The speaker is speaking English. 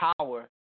power